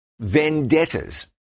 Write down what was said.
vendettas